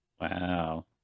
Wow